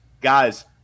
Guys